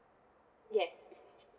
yes